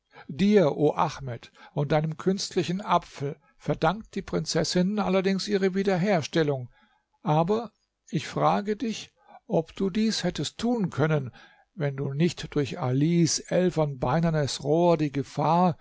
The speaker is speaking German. dir o ahmed und deinem künstlichen apfel verdankt die prinzessin allerdings ihre wiederherstellung aber ich frage dich ob du dies hättest tun können wenn du nicht durch alis elfenbeinernes rohr die gefahr